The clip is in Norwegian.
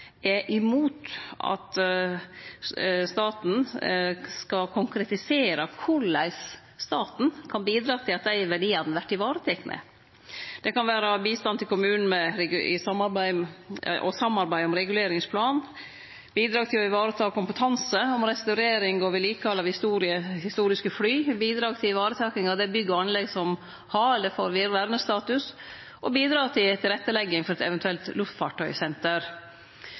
er imot at staten skal konkretisere korleis staten kan bidra til at dei verdiane vert varetekne. Det kan vere bistand til kommunen ved samarbeid om reguleringsplan, bidrag til å vareta kompetanse om restaurering og vedlikehald av historiske fly, bidrag til varetaking av bygg og anlegg som har eller får vernestatus, og bidrag til tilrettelegging for eit eventuelt